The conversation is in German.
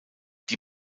die